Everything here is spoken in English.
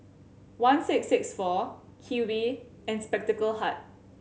one six six four Kiwi and Spectacle Hut